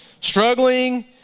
struggling